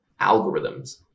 algorithms